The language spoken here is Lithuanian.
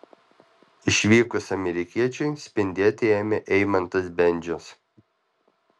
išvykus amerikiečiui spindėti ėmė eimantas bendžius